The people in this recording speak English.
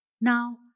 Now